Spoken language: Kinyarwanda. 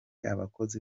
abakozi